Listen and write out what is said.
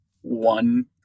one